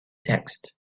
text